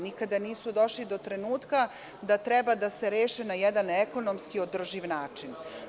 Nikada nisu došli do trenutka da treba da se reše na jedan ekonomski održiv način.